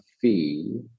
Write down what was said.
fee